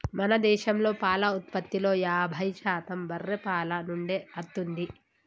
మన దేశంలో పాల ఉత్పత్తిలో యాభై శాతం బర్రే పాల నుండే అత్తుంది